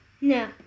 No